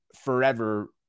forever